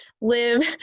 live